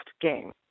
game